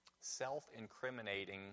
self-incriminating